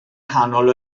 nghanol